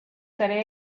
tarea